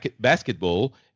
basketball